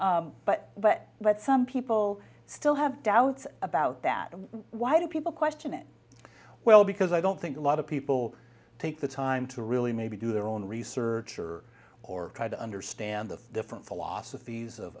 but but but some people still have doubts about that why do people question it well because i don't think a lot of people take the time to really maybe do their own research or or try to understand the different